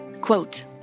Quote